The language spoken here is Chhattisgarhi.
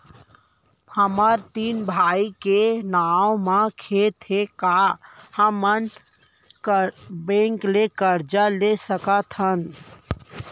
हमर तीन भाई के नाव म खेत हे त का हमन बैंक ले करजा ले सकथन?